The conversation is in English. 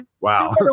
wow